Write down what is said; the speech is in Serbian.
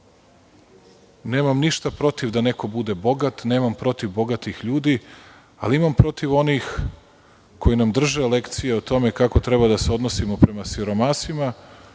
Nemam ništa protiv da neko bude bogat, nemam protiv bogatih ljudi, ali imam protiv onih koji nam drže lekciju o tome kako treba da se odnosimo prema siromasima